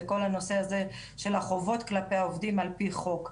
זה כל הנושא הזה של החובות כלפי העובדים על פי חוק.